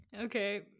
Okay